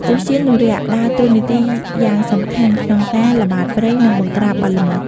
ឧទ្យានុរក្សដើរតួនាទីយ៉ាងសំខាន់ក្នុងការល្បាតព្រៃ និងបង្ក្រាបបទល្មើស។